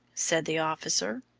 said the officer.